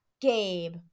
Gabe